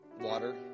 water